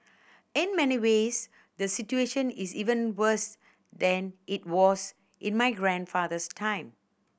in many ways the situation is even worse than it was in my grandfather's time